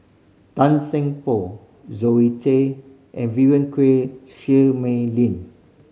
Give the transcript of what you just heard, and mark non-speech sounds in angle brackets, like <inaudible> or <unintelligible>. Tan Seng Poh Zoe Tay and <unintelligible> Mei Lin